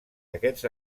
aquests